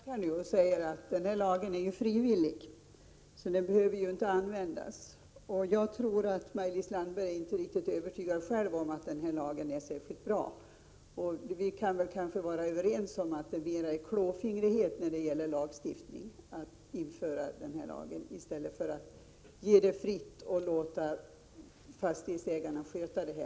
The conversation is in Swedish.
Herr talman! Maj-Lis Landberg backar nu och säger att lagen är frivillig, så den behöver inte användas. Jag tror att Maj-Lis Landberg själv inte är riktigt övertygad om att lagen är särskilt bra. Vi kan kanske vara överens om att det mera är klåfingrighet att införa en sådan här lag i stället för att låta fastighetsägarna fritt sköta detta.